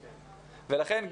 ולכן,